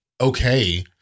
Okay